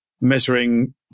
measuring